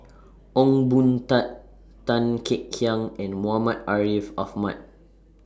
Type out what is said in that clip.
Ong Boon Tat Tan Kek Hiang and Muhammad Ariff Ahmad